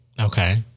okay